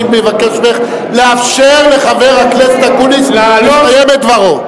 אני מבקש ממך לאפשר לחבר הכנסת אקוניס לסיים את דברו.